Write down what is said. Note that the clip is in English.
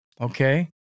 Okay